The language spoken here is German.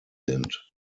sind